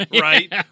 right